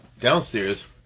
downstairs